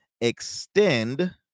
extend